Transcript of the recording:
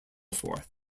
forth